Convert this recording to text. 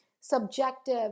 subjective